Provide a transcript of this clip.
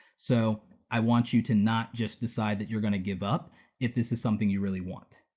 so i want you to not just decide that you're gonna give up if this is something you really want.